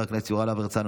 חבר הכנסת יוראי להב הרצנו,